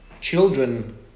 children